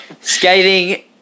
skating